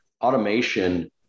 automation